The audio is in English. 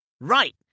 Right